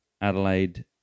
Adelaide